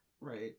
Right